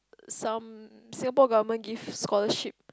some Singapore government give scholarship